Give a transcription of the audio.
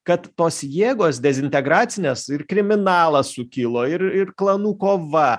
kad tos jėgos dezintegracinės ir kriminalas sukilo ir ir klanų kova